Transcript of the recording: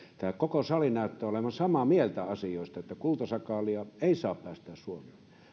tämä koko sali näyttää olevan samaa mieltä asioista kultasakaalia ei saa päästää suomeen